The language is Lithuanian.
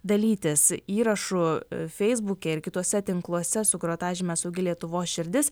dalytis įrašu feisbuke ir kituose tinkluose su grotažyme su lietuvos širdis